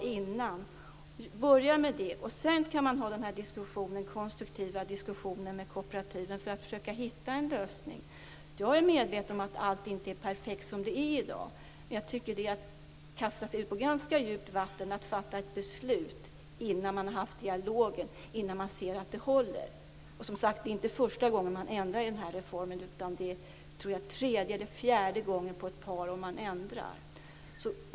Om man börjar med det kan man sedan ha den konstruktiva diskussionen med kooperativen för att försöka hitta en lösning. Jag är medveten om att allt inte är perfekt som det är i dag, men det är att kasta sig ut på ganska djupt vatten att fatta ett beslut innan man har haft dialogen och innan man ser att det håller. Det är, som sagt var, inte första gången som man ändrar i den här reformen utan tredje eller fjärde gången på ett par år.